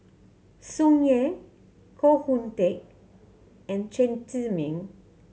Tsung Yeh Koh Hoon Teck and Chen Zhiming